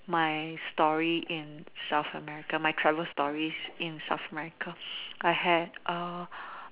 my story in South America my travel stories in South America I had err